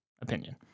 opinion